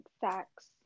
facts